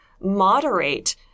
moderate